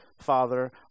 Father